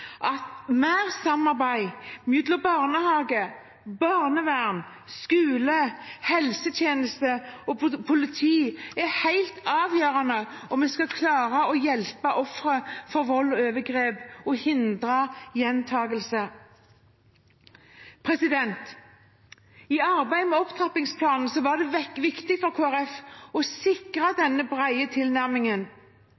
at mer samarbeid mellom barnehage, barnevern, skole, helsetjeneste og politi er helt avgjørende om vi skal klare å hjelpe ofrene for vold og overgrep og hindre gjentakelse. I arbeidet med opptrappingsplanen var det viktig for Kristelig Folkeparti å sikre